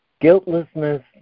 Guiltlessness